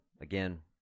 Again